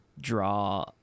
draw